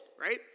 right